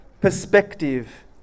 perspective